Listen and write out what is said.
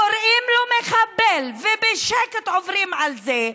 קוראים לו מחבל, ועוברים על זה בשקט,